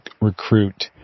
recruit